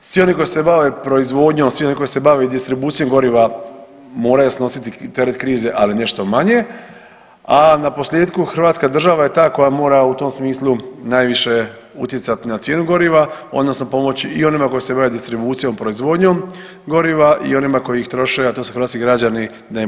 Svi oni koji se bave proizvodnjom, svi oni koji se bave distribucijom goriva moraju snositi teret krize, ali nešto manje, a naposljetku Hrvatska država je ta koja mora u tom smislu najviše utjecati na cijenu goriva, odnosno pomoći i onima koji se bave distribucijom, proizvodnjom goriva i onima koji ih troše, a to su hrvatski građani da im bude što lakše.